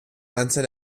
anzahl